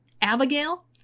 Abigail